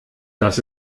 das